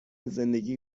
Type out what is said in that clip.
زندگی